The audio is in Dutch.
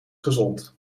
gezond